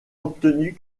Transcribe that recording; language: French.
obtenu